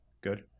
Good